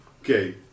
okay